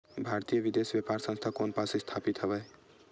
भारतीय विदेश व्यापार संस्था कोन पास स्थापित हवएं?